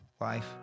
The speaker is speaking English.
life